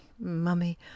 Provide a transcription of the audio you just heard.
Mummy